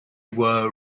were